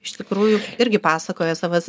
iš tikrųjų irgi pasakoja savas